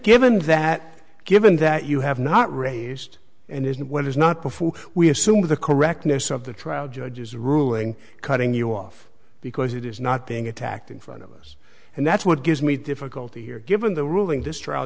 given that given that you have not raised and isn't what is not before we have some of the correctness of the trial judge's ruling cutting you off because it is not being attacked in front of us and that's what gives me difficulty here given the ruling this trial